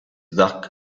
duck